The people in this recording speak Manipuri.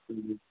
ꯎꯝ